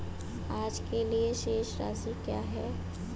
आज के लिए शेष राशि क्या है?